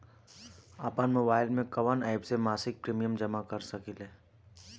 आपनमोबाइल में कवन एप से मासिक प्रिमियम जमा कर सकिले?